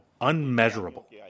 unmeasurable